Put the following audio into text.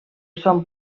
són